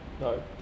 No